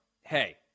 hey